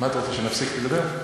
מה את רוצה, שאני אפסיק לדבר?